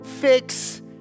fix